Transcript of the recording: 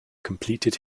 completed